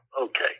Okay